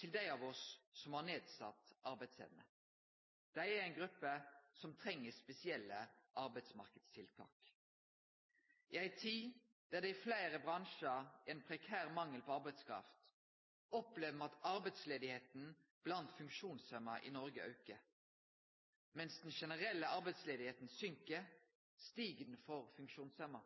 til dei av oss som har nedsett arbeidsevne. Det er ei gruppe som treng spesielle arbeidsmarknadstiltak. I ei tid der det i fleire bransjar er ein prekær mangel på arbeidskraft, opplever me at arbeidsløysa blant funksjonshemma i Noreg aukar. Mens den generelle arbeidsløysa går ned, stig ho for funksjonshemma.